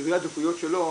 ובסדרי הדקויות שלו,